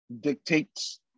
dictates